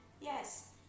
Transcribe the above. Yes